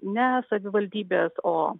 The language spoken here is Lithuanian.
ne savivaldybės o